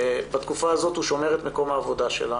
בתקופה הזו הוא שומר את מקום העבודה שלה